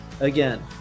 Again